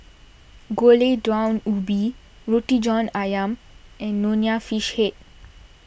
Gulai Daun Ubi Roti John Ayam and Nonya Fish Head